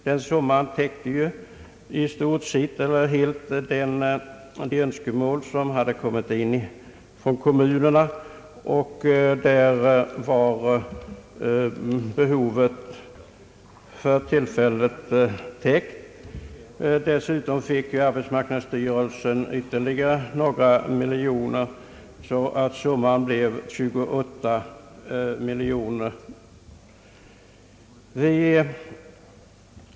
Den summan täcker i stort sett de önskemål som kommunerna framställt. På det området är behovet sålunda tilgodosett för tillfället. Dessutom fick arbetsmarknadsstyrelsen ytterligare några miljoner, så att summan blev 28 miljoner kronor.